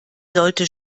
sollte